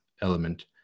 element